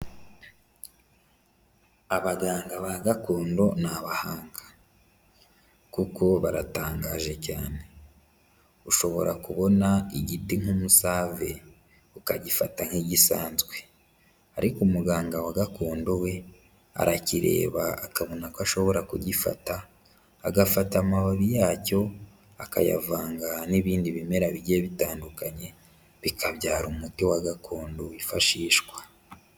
Abaganga ba gakondo ni abahanga, kuko baratangaje cyane. Ushobora kubona igiti nk'umusave ukagifata nk'igisanzwe, ariko umuganga wa gakondo we arakirereba akabona ko ashobora kugifata agafata amababi yacyo akayavanga n'ibindi bimera bigiye bitandukanye bikabyara umuti wa gakondo wifashishwa.